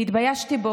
אני התביישתי בו,